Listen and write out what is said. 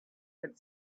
had